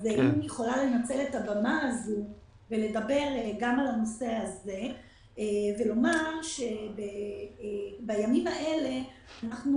אשמח לנצל את הבמה הזאת ולדבר גם על הנושא הזה ולומר שבימים האלה אנחנו